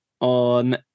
on